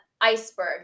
iceberg